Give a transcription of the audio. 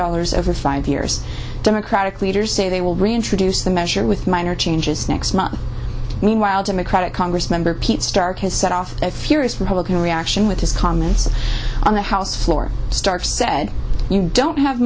dollars over five years democratic leaders say they will reintroduce the measure with minor changes next month meanwhile democratic congress member pete stark has set off a furious republican reaction with his comments on the house floor star said you don't have